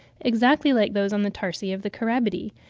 exactly like those on the tarsi of the carabidae,